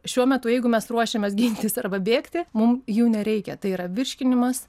šiuo metu jeigu mes ruošiamės gintis arba bėgti mum jų nereikia tai yra virškinimas